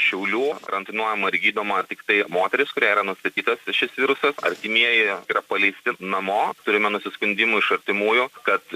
šiaulių karantinuojama ir gydoma tiktai moteris kuriai yra nustatytas šis virusas artimieji yra paleisti namo turime nusiskundimų iš artimųjų kad